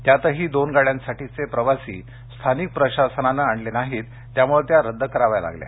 त्यातही दोन गाड्यांसाठीचे प्रवासी स्थानिक प्रशासनानं आणले नाहीत त्यामुळे त्या रद्द कराव्या लागल्या